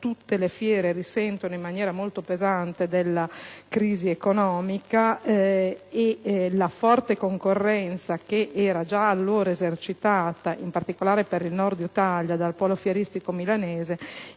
tutte le fiere risentono in maniera molto pesante della crisi economica e la forte concorrenza già allora esercitata, in particolare per il Nord-Italia, dal polo fieristico milanese,